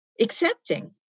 accepting